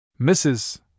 Mrs